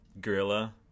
Gorilla